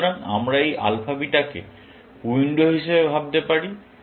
সুতরাং আমরা এই আলফা বিটাকে উইন্ডো হিসাবে ভাবতে পারি